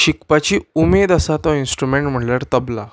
शिकपाची उमेद आसा तो इंस्ट्रुमेंट म्हणल्यार तबला